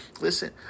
listen